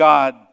God